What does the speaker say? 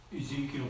Ezekiel